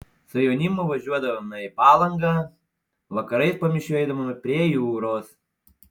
su jaunimu važiuodavome į palangą vakarais po mišių eidavome prie jūros